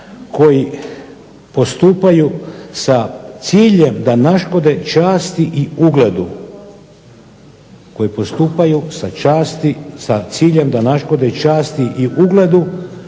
koji postupaju sa ciljem da naškode časti i ugledu,